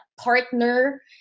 partner